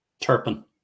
Turpin